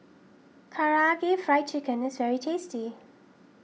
Karaage Fried Chicken is very tasty